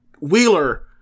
wheeler